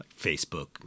Facebook